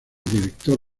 director